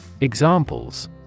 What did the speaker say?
Examples